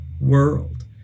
world